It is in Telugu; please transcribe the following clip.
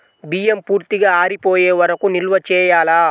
బియ్యం పూర్తిగా ఆరిపోయే వరకు నిల్వ చేయాలా?